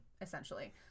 Essentially